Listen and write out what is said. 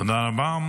תודה רבה.